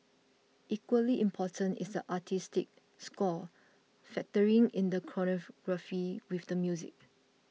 equally important is the artistic score factoring in the choreography with the music